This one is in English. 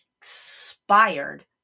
expired